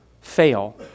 fail